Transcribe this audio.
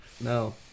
No